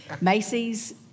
Macy's